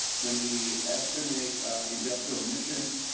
when we estimate industrial emission.